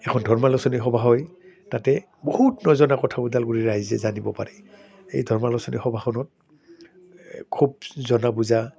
এখন ধৰ্মালোচনী সভা হয় তাতে বহুত নজনা কথাা উদালগুৰি ৰাইজে জানিব পাৰে এই ধৰ্মালোচনী সভাখনত খুব জনা বুজা